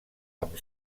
amb